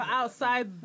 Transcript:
outside